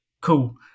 cool